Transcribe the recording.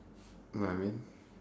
I mean